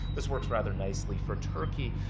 this works rather nicely for turkey.